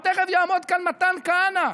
אבל תכף יעמוד כאן מתן כהנא,